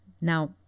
Now